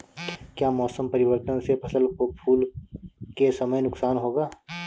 क्या मौसम परिवर्तन से फसल को फूल के समय नुकसान होगा?